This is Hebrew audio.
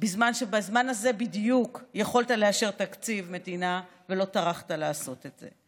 בזמן שבזמן הזה בדיוק יכולת לאשר תקציב מדינה ולא טרחת לעשות את זה.